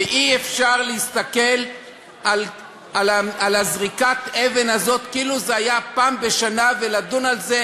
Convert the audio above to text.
ואי-אפשר להסתכל על זריקת אבן כזאת כאילו זה היה פעם בשנה ולדון על זה,